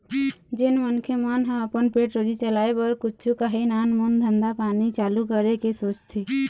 जेन मनखे मन ह अपन पेट रोजी चलाय बर कुछु काही नानमून धंधा पानी चालू करे के सोचथे